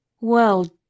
Well